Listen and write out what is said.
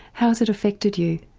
how's it affected you?